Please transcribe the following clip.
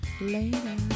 later